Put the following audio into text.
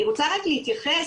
אני רוצה רק להתייחס